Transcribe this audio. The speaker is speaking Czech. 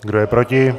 Kdo je proti?